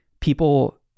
people